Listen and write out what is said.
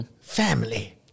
family